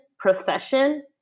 profession